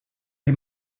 die